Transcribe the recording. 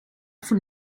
von